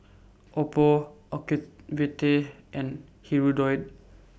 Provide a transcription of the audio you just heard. Oppo Ocuvite and Hirudoid